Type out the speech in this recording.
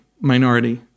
minority